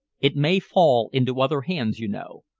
it may fall into other hands, you know,